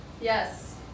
Yes